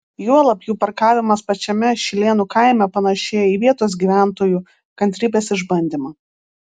juolab jų parkavimas pačiame šilėnų kaime panašėja į vietos gyventojų kantrybės išbandymą